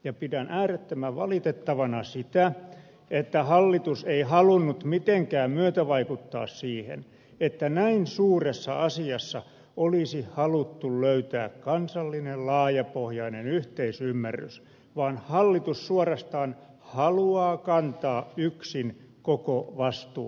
pidän äärettömän valitettavana sitä että hallitus ei halunnut mitenkään myötävaikuttaa siihen että näin suuressa asiassa olisi haluttu löytää kansallinen laajapohjainen yhteisymmärrys vaan hallitus suorastaan haluaa kantaa yksin koko vastuun